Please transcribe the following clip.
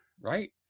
right